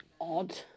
odd